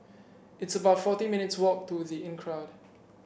it's about forty minutes' walk to The Inncrowd